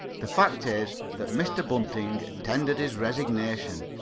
the fact is that mr. bunting tendered his resignation.